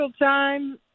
time